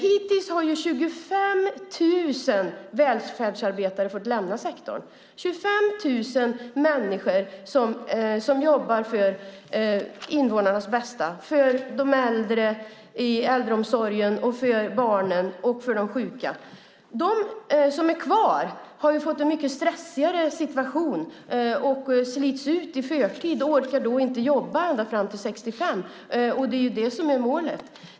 Hittills har 25 000 välfärdsarbetare fått lämna sektorn, 25 000 människor som jobbat för invånarnas bästa, för de äldre i äldreomsorgen och för barnen och de sjuka. De som är kvar har fått en mycket stressigare situation. De slits ut i förtid och orkar inte jobba till 65, trots att det ju är målet.